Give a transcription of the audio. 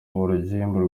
urugimbu